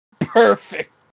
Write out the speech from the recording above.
Perfect